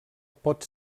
pot